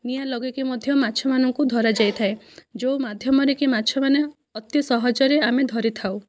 ନିଆଁ ଲଗେଇକି ମଧ୍ୟ ମାଛ ମାନଙ୍କୁ ଧରାଯାଇଥାଏ ଯେଉଁ ମାଧ୍ୟମରେ କି ମାଛ ମାନେ ଅତି ସହଜରେ ଆମେ ଧରିଥାଉ